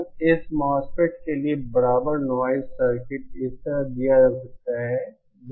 अब इस मोसफेट के लिए बराबर नॉइज़ सर्किट इस तरह दिया जा सकता है